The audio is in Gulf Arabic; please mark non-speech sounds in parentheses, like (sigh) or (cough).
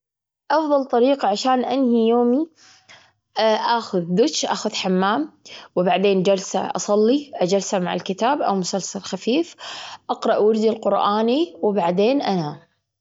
(hesitation) قهوة وشوية هدوء وقرآن، هذا أحب أبدأ بيه يومي. وبعدين، شوي تمارين خفيفة كذا عشان أقدر أسوي (hesitation) أقاوم اليوم. ممكن أتمشى، ممكن تشذي.